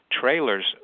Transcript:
trailers